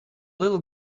little